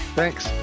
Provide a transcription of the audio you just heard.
thanks